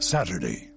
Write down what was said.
Saturday